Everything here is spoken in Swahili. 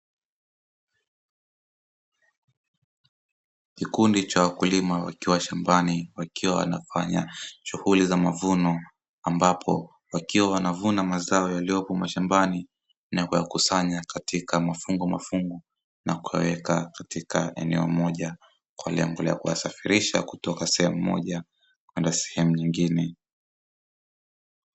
Vikundi vya wakulima wakiwa mashambani, wakiwa wanafanya shughuli za mavuno ambapo wakiwa wanavuna mazao yaliyopo mashambani na kuyakusanya katika mafumbo mafungo na ukaweka katika eneo moja kwa lengo la kuyasafirisha kutoka sehemu moja ana sehemu nyingine.